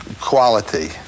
quality